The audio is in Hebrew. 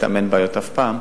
אתם אין בעיות אף פעם,